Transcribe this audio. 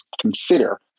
consider